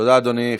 תודה, אדוני.